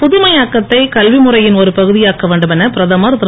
புதுமையாக்கத்தை கல்வி முறையின் ஒரு பகுதியாக்க வேண்டுமென பிரதமர் திரு